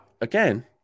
again